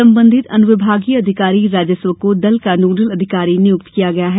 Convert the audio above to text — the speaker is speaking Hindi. संबंधित अनुविभागीय अधिकारी राजस्व को दल का नोडल अधिकारी नियुक्त किया गया है